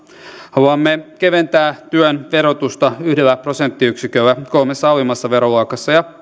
haluamme keventää työn verotusta yhdellä prosenttiyksiköllä kolmessa alimmassa veroluokassa ja